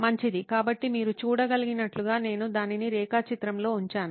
మంచిది కాబట్టి మీరు చూడగలిగినట్లుగా నేను దానిని రేఖాచిత్రం లో ఉంచాను